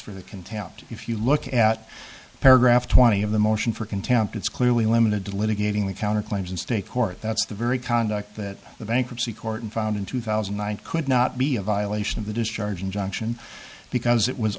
for the contempt if you look at paragraph twenty of the motion for contempt it's clearly limited to litigating the counter claims in state court that's the very conduct that the bankruptcy court found in two thousand and one could not be a violation of the discharge injunction because it was